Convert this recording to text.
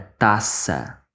taça